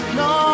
no